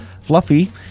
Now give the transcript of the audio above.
Fluffy